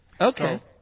okay